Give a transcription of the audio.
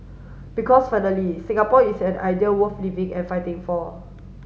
because finally Singapore is an idea worth living and fighting for